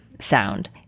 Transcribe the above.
sound